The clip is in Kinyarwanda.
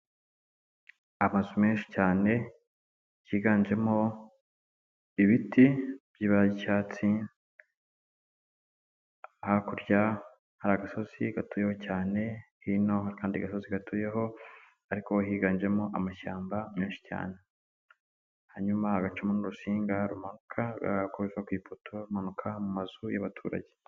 Amazu menshi cyane yiganjemo ibiti by'ibara ry'icyatsi, hakurya hari agasozi gatuyeho cyane, hino hari akandi gasozi gatuyeho, ariko ho higanjemo amashyamba menshi cyane. Hanyuma hagacamo n'urutsinga rumanuka, ruva ku ipoto rumanuka mu mazu y'abaturage.